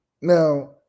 Now